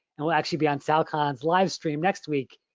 and will actually be on sal khan's live stream next week,